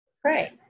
pray